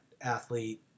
athlete